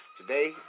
today